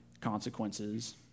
consequences